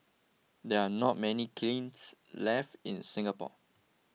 there are not many kilns left in Singapore